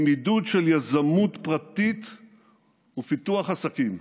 עם עידוד של יזמות פרטית ופיתוח עסקים,